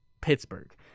Pittsburgh